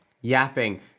Yapping